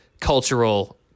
cultural